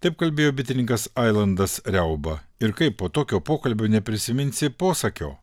taip kalbėjo bitininkas ailandas riauba ir kaip po tokio pokalbio neprisiminsi posakio